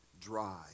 dry